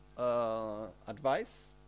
Advice